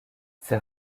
ses